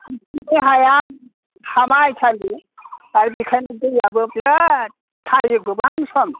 बे हाया हा माइसालि आरो बेनिखायनो दैयाबो बिरात थायो गोबां सम